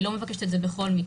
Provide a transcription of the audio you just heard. היא לא מבקשת את זה בכל מקרה,